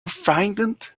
frightened